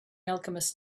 alchemist